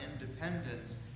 independence